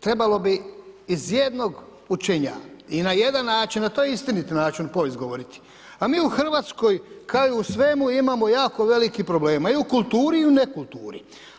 trebalo bi iz jednog učenja i na jedan način, a to je istinit način povijest govoriti, a mi u Hrvatskoj, kao i u svemu, imamo jako velikih problema i u kulturi i u nekulturi.